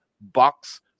box